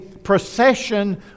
Procession